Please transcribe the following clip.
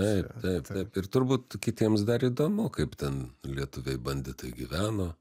taip taip taip ir turbūt kitiems dar įdomu kaip ten lietuviai banditai gyveno